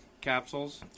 capsules